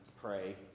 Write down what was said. pray